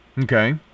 Okay